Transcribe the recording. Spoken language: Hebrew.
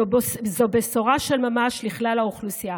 זאת בשורה של ממש לכלל האוכלוסייה.